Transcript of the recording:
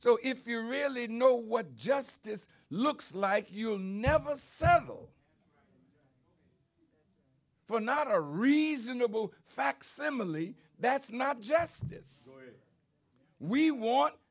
so if you really know what justice looks like you'll never settle for not a reasonable facsimile that's not justice we want